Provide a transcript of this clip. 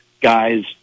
guys